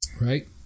Right